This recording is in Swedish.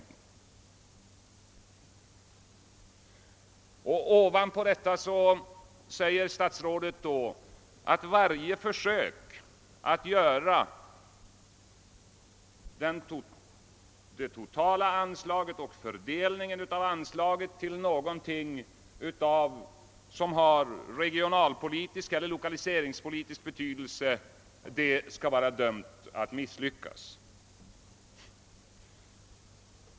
Efter allt detta säger sedan statsrådet att varje försök att göra det totala anslagets fördelning till en fråga av regionalpolitisk eller lokaliseringspolitisk betydelse är dömt att misslyckas.